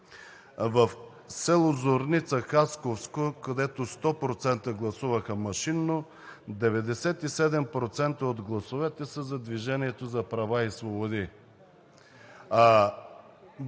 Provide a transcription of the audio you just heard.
в село Зорница – Харковско, където 100% гласуваха машинно, 97% от гласовете са за „Движението за права и свободи“.